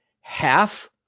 Half